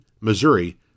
Missouri